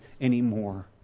anymore